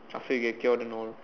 after you get cured and all